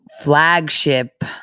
flagship